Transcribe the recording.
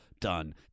done